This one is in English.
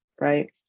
right